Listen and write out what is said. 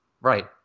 Right